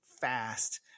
fast